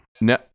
No